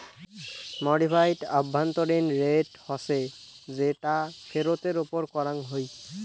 modified আভ্যন্তরীণ rate হসে যেটা ফেরতের ওপর করাঙ হই